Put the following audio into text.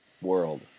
world